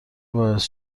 باعث